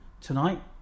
tonight